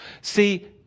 See